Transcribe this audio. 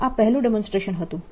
આ પહેલું ડેમોન્સ્ટ્રેશન હતું